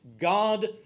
God